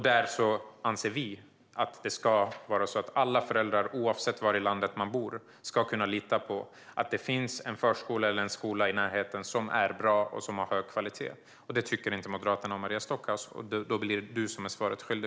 Där anser vi att alla föräldrar oavsett var i landet man bor ska kunna lita på att det finns en förskola eller en skola i närheten som är bra och som har hög kvalitet. Det tycker inte Moderaterna och Maria Stockhaus, och då blir det du, Maria, som är svaret skyldig.